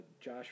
josh